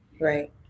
Right